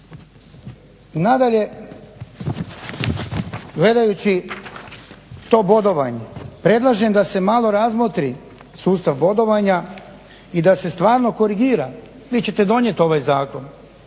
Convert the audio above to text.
Nadalje, gledajući to bodovanje predlažem da se malo razmotri sustav bodovanja i da se stvarno korigira. Vi ćete donijeti ovaj zakon,